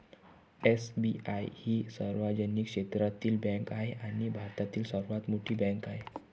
SBI ही सार्वजनिक क्षेत्रातील बँक आहे आणि भारतातील सर्वात मोठी बँक आहे